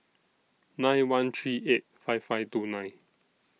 nine one three eight five five two nine